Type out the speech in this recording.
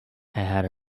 had